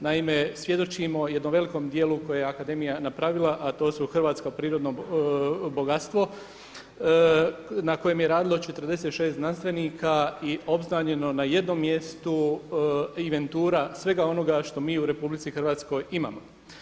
Naime, svjedočimo jednom velikom djelu koje je akademija napravila, a to su hrvatsko prirodno bogatstvo, na kojem je radilo 46 znanstvenika i obznanjeno na jednom mjestu, inventura svega onoga što mi u Republici Hrvatskoj imamo.